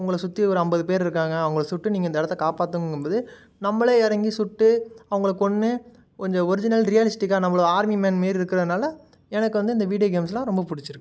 உங்களை சுற்றி ஒரு ஐம்பது பேர் இருக்காங்க அவங்கள சுட்டு நீங்கள் இந்த இடத்த காப்பாற்றணுங்கும்போது நம்மளே இறங்கி சுட்டு அவங்கள கொன்று கொஞ்சம் ஒரிஜினல் ரியலிஸ்டிக்காக நம்மள ஆர்மி மேன் மாரி இருக்கிறதுனால எனக்கு வந்து இந்த வீடியோ கேம்ஸ்லாம் ரொம்ப பிடிச்சிருக்கு